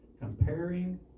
comparing